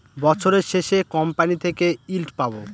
বছরের শেষে কোম্পানি থেকে ইল্ড পাবো